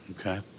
Okay